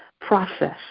process